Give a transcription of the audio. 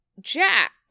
Jack